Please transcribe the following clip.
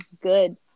good